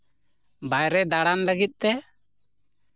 ᱵᱟᱭᱨᱮ ᱫᱟᱬᱟᱱ ᱞᱟᱹᱜᱤᱫ ᱛᱮ